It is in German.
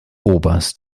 oberst